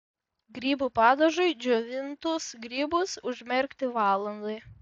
grybų padažui džiovintus grybus užmerkti valandai